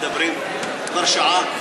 כבר שעה?